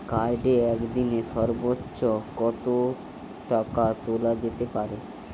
কার্ডে একদিনে সর্বোচ্চ কত টাকা তোলা যেতে পারে?